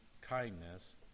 kindness